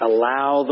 Allow